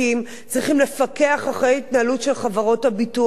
צריכים לפקח על ההתנהלות של חברות הביטוח,